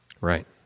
Right